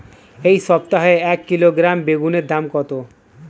এই সপ্তাহে এক কিলোগ্রাম বেগুন এর দাম কত?